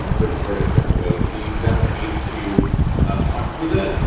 record it that way. so, you don't need to fuss with it.